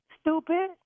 Stupid